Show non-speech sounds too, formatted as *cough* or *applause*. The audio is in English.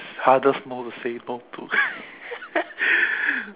hardest no to say no to *laughs*